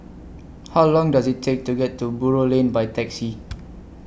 How Long Does IT Take to get to Buroh Lane By Taxi